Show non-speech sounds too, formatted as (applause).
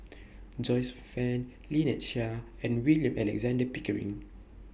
(noise) Joyce fan Lynnette Seah and William Alexander Pickering